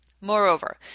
Moreover